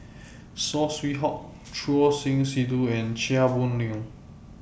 Saw Swee Hock Choor Singh Sidhu and Chia Boon Leong